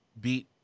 beat